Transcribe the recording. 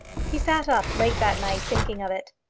he sat up late that night thinking of it.